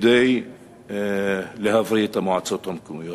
כדי להבריא את המועצות המקומיות?